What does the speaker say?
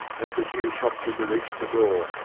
as the jew shopkeeper reached the door,